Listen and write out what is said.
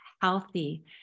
healthy